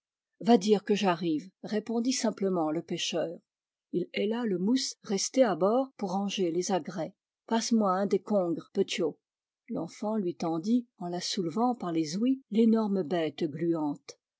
va dire que j'arrive répondit simplement le pêcheur il héla le mousse resté à bord pour ranger les agrès passe-moi un des congres petiot l'enfant lui tendit en la soulevant par les ouïes l'énorme bête gluante